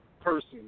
person